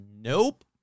Nope